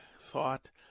thought